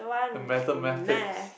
mathematics